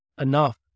enough